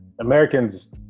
Americans